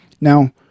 now